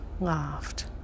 laughed